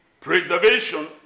preservation